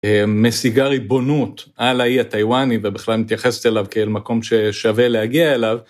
משיגה ריבונות על האי הטיוואני ובכלל מתייחסת אליו כאל מקום ששווה להגיע אליו.